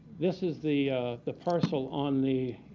this is the the parcel on the